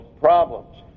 problems